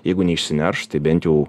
jeigu ne išsineršt tai bent jau